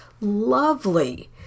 lovely